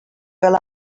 fel